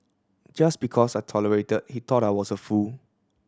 just because I tolerated he thought I was a fool